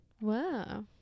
wow